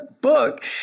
book